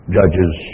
judges